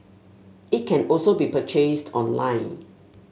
it can also be purchased online